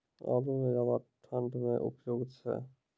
आलू म ज्यादा ठंड म उपयुक्त छै?